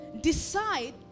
decide